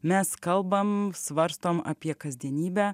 mes kalbam svarstom apie kasdienybę